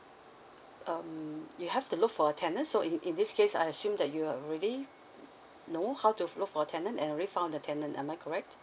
um you have to look for a tenant so in in this case I assume that you are already know how to f~ look for a tenant and already found the tenant am I correct